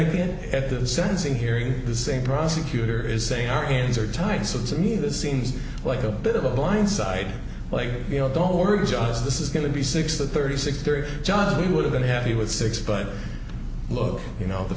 again at the sentencing hearing the same prosecutor is saying our hands are tied so to me this seems like a bit of a blindside like you know don't worry justice is going to be six to thirty six three john who would have been happy with six but look you know the